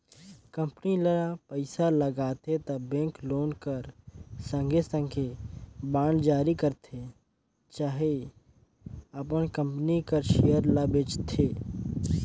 company ल पइसा लागथे त बेंक लोन कर संघे संघे बांड जारी करथे चहे अपन कंपनी कर सेयर ल बेंचथे